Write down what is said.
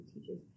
teachers